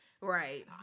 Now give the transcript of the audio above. Right